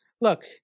Look